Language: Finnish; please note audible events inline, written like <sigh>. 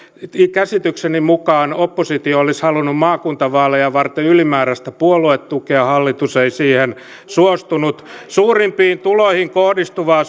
käsitykseni mukaan oppositio olisi halunnut maakuntavaaleja varten ylimääräistä puoluetukea hallitus ei siihen suostunut suurimpiin tuloihin kohdistuvaa <unintelligible>